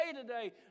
today